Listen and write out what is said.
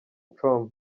com